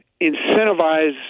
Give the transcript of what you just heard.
incentivize